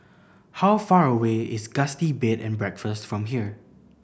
how far away is Gusti Bed and Breakfast from here